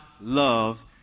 loves